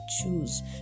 choose